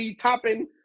topping